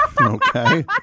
Okay